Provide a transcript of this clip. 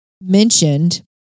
mentioned